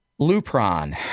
Lupron